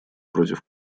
против